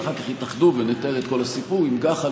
ואחר כך הם התאחדו ונתאר את כל הסיפור עם גח"ל,